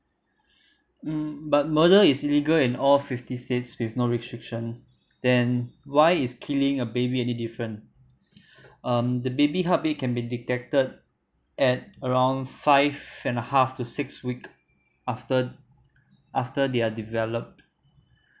mm but murder is illegal in all fifty states with no restriction then why is killing a baby any different um the baby heartbeat can be detected at around five and a half to six week afters after they are developed